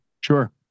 Sure